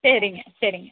சரிங்க சரிங்க